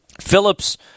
Phillips